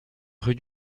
rue